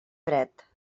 dret